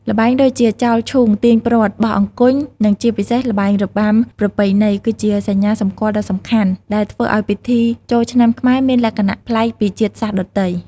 ល្បែងដូចជា ចោលឈូង ទាញព្រ័ត្រ បោះអង្គញ់ និងជាពិសេស ល្បែងរបាំប្រពៃណី គឺជាសញ្ញាសម្គាល់ដ៏សំខាន់ ដែលធ្វើឲ្យពិធីចូលឆ្នាំខ្មែរមានលក្ខណៈប្លែកពីជាតិសាសន៍ដទៃ។